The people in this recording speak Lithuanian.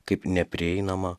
kaip neprieinamą